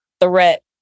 threat